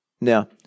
Now